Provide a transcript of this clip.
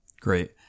Great